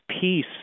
peace